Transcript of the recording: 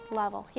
level